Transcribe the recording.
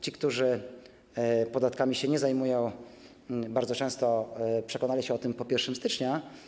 Ci, którzy podatkami się nie zajmują, bardzo często przekonali się o tym po 1 stycznia.